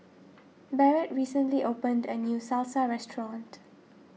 Barrett recently opened a new Salsa restaurant